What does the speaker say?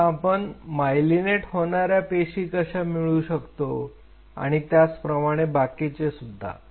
आता आपण मायलीनेट होणाऱ्या पेशी कशा मिळवू शकतो आणि त्याच प्रमाणे बाकीचे सुद्धा